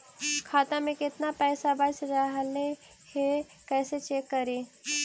खाता में केतना पैसा बच रहले हे कैसे चेक करी?